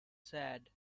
sad